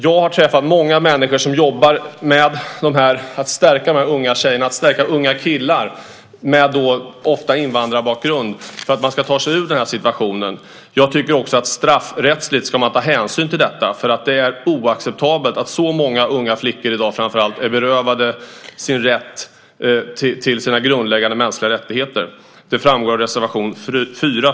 Jag har träffat många människor som jobbar med att stärka unga tjejer och killar som ofta har invandrarbakgrund för att de ska ta sig ur denna situation. Jag tycker också att man straffrättsligt ska ta hänsyn till detta. Det är oacceptabelt att framför allt så många unga flickor i dag är berövade rätten till sina grundläggande mänskliga rättigheter. Det framgår av reservation 4.